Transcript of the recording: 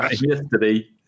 yesterday